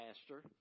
pastor